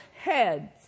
heads